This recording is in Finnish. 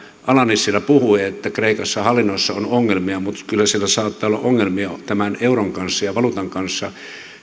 ala nissilä puhui että kreikassa hallinnossa on ongelmia mutta kyllä siellä saattaa olla ongelmia myös tämän euron ja valuutan kanssa